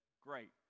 great